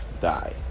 die